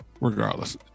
regardless